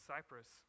Cyprus